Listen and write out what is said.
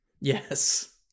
Yes